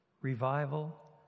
revival